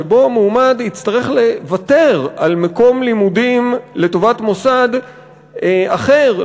שמועמד יצטרך לוותר על מקום לימודים לטובת מוסד אחר,